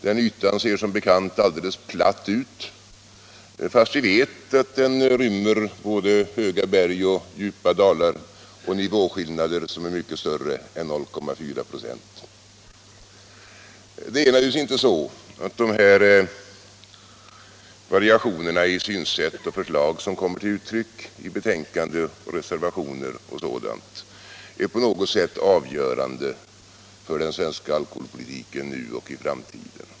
Den ytan ser som bekant alldeles platt ut fast vi vet att den rymmer både höga berg och djupa dalar och nivåskillnader som är mycket större än 0,4 96. De variationer i synsätt och förslag som kommer till uttryck i betänkande och reservationer är naturligtvis inte på något sätt avgörande för den svenska alkoholpolitiken nu och i framtiden.